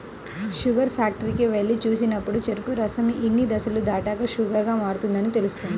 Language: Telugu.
షుగర్ ఫ్యాక్టరీకి వెళ్లి చూసినప్పుడు చెరుకు రసం ఇన్ని దశలు దాటాక షుగర్ గా మారుతుందని తెలుస్తుంది